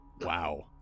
Wow